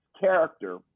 character